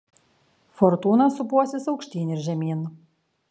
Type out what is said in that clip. fortūna sūpuosis aukštyn ir žemyn